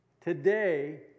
Today